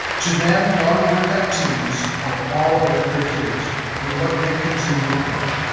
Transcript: to them, non-work activities are all about their kids and what they can do with them.